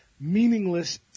meaningless